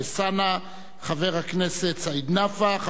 חבר הכנסת סעיד נפאע,